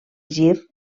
gir